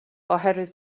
oherwydd